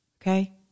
Okay